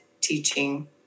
teaching